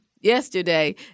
yesterday